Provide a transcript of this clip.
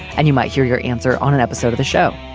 and you might hear your answer on an episode of the show.